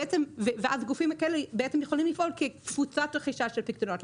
ואז גופים כאלה בעצם יכולים לפעול כקבוצת רכישה של פיקדונות,